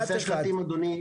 אדוני,